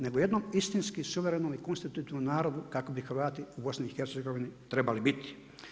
Nego jednoj istinski suvremenoj i konstitutivnom narodu kakvog bi Hrvati u BIH trebali biti.